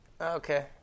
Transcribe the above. Okay